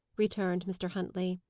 returned mr. huntley.